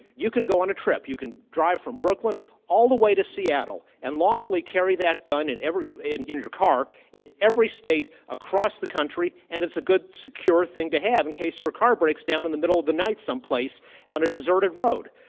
you can go on a trip. you can drive from brooklyn all the way to seattle and lawfully carry that gun and in in your car in every state across the country and it's a good secure thing to have in case your car breaks down in the middle of the night someplace on a deserted road.